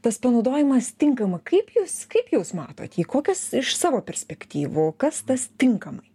tas panaudojimas tinkamai kaip jūs kaip jūs matot jį kokias iš savo perspektyvų kas tas tinkamai